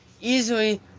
easily